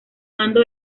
mando